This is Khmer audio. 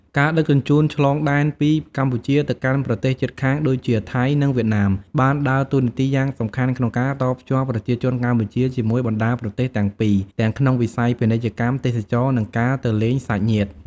ការដឹកជញ្ជូនឆ្លងដែនពីកម្ពុជាទៅកាន់ប្រទេសជិតខាងដូចជាថៃ និងវៀតណាមបានដើរតួនាទីយ៉ាងសំខាន់ក្នុងការតភ្ជាប់ប្រជាជនកម្ពុជាជាមួយបណ្តាប្រទេសទាំងពីរទាំងក្នុងវិស័យពាណិជ្ជកម្ម ទេសចរណ៍ និងការទៅលេងសាច់ញាតិ។